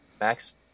Max